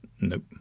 Nope